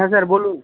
হ্যাঁ স্যার বলুন